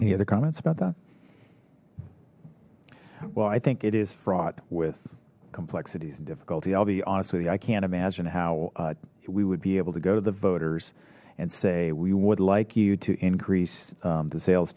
any other comments about that well i think it is fraught with complexities and difficulty i'll be honest with you i can't imagine how we would be able to go to the voters and say we would like you to increase the sales